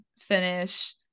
finish